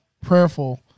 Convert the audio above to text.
prayerful